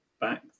back